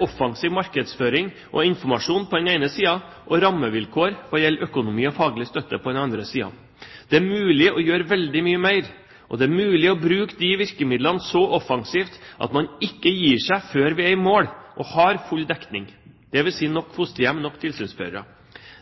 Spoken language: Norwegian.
offensiv markedsføring og informasjon på den ene siden og rammevilkår hva gjelder økonomi og faglig støtte på den andre siden. Det er mulig å gjøre veldig mye mer, og det er mulig å bruke de virkemidlene så offensivt at man ikke gir seg før vi er i mål og har full dekning, dvs. nok fosterhjem, nok tilsynsførere.